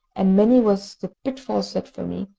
and many was the pitfall set for me,